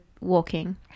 walking